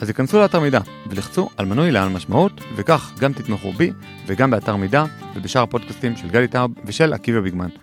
אז יכנסו לאתר מידע ולחצו על מנוי לעל משמעות וכך גם תתמכו בי וגם באתר מידע ובשאר הפודקאסטים של גלי טארב ושל עקיבא ביגמן.